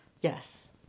Yes